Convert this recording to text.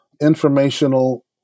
informational